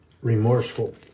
remorseful